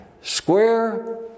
square